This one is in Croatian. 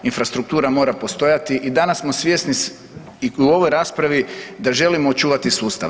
Infrastruktura mora postojati i danas smo svjesni i u ovoj raspravi da želimo očuvati sustav.